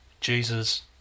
Jesus